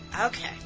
okay